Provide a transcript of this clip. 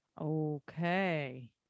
Okay